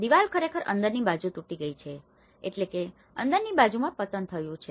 દિવાલ ખરેખર અંદરની બાજુથી તૂટી ગઈ છે એટલે કે અંદરની બાજુમાં પતન થયુ છે